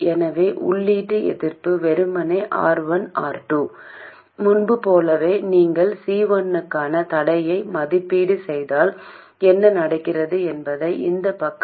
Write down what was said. எனவே ITESTVTESTRG Rs gmVTEST Rs RG Rsமற்றும் இந்த விகிதத்தைத் தீர்ப்பதன் மூலம் அவுட்புட் ரெசிஸ்டன்ஸ் RG RsgmRs1 என்பதைத் தவிர வேறு ஒன்றும் இல்லை என்பதைக் காண்கிறோம் எனவே அது எப்படி இருக்கிறது